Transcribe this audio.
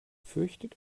fürchtet